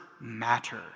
matter